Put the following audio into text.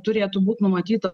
turėtų būt numatyta